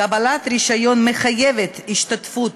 קבלת רישיון מחייבת השתתפות